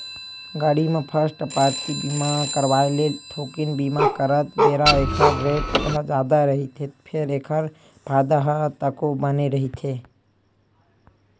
गाड़ी म first party बीमा करवाय ले थोकिन बीमा करत बेरा ऐखर रेट ह जादा रहिथे फेर एखर फायदा ह तको बने रहिथे